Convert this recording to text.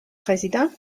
présidents